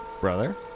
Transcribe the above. Brother